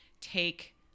take